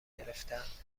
گرفتند